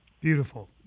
Beautiful